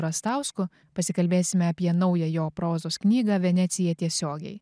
rastausku pasikalbėsime apie naują jo prozos knygą venecija tiesiogiai